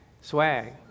swag